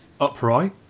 Upright